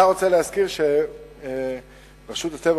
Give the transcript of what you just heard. אני רק רוצה להזכיר לך שרשות הטבע